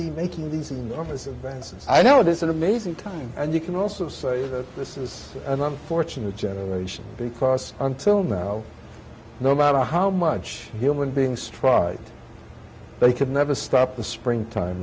is making these enormous advances i know it is an amazing time and you can also say this is an unfortunate generation because until now no matter how much human beings try they could never stop the spring time